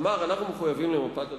אמר: אנחנו מחויבים למפת הדרכים.